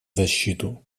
защиту